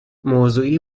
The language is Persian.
موضوعی